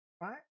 Right